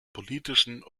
politischen